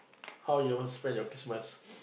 how you want spend your Christmas